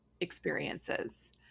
experiences